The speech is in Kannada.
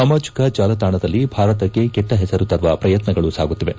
ಸಾಮಾಜಿಕ ಜಾಲತಾಣದಲ್ಲಿ ಭಾರತಕ್ಕೆ ಕೆಟ್ಲ ಹೆಸರು ತರುವ ಪ್ರಯತ್ನಗಳು ಸಾಗುತ್ತಿವೆ